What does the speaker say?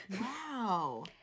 wow